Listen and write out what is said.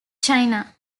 china